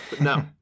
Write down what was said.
no